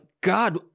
God